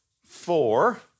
four